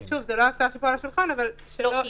שוב, זה לא ההצעה שמונחת פה על השולחן.